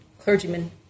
clergymen